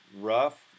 rough